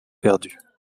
perdues